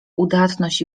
udatność